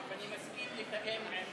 אני מסכים לתקן עם,